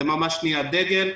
זה ממש נהיה דגל.